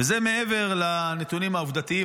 זה מעבר לנתונים העובדתיים.